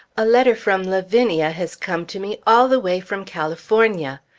a letter from lavinia has come to me all the way from california.